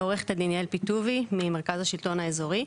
עו"ד יעל פיטובי, ממרכז השלטון האזורי.